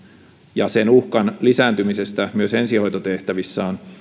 ja sen uhkan lisääntymisestä myös ensihoitotehtävissä on